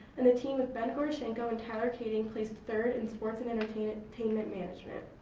and the team of ben gorshenko and tyler cading placed third in sports and entertainment entertainment management.